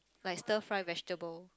like stir fry vegetable